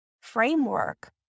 framework